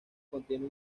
contiene